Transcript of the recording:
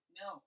no